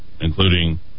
including